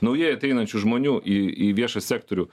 naujai ateinančių žmonių į į viešą sektorių